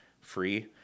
free